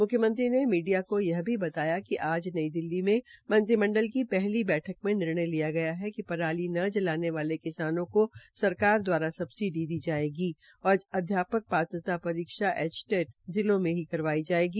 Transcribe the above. मुख्यमंत्री ने मीडिया को यह भी बताया कि आज नई दिल्ली मे मंत्रिमंडल की पहली बैठक में निर्णय लिया गया है कि पराली न जलाने वाले किसानों को सरकार द्वारा सबसिडी दी जायेगी और अध्यापक पात्रता परीक्षा एचटेंट जिलो में ही करवाई जायेगी